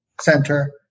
center